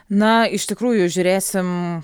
na iš tikrųjų žiūrėsim